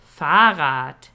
Fahrrad